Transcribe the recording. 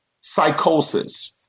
psychosis